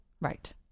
Right